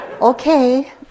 Okay